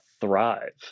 thrive